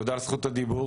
תודה על זכות הדיבור.